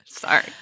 Sorry